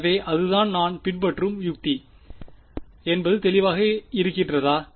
எனவே அதுதான் நாம் பின்பற்றும் உத்தி என்பது தெளிவாக இருக்கிறதா